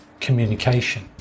communication